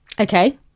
Okay